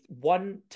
one